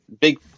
big